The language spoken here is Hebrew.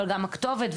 אבל גם מופיעים הכתובת,